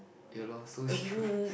ya lor so you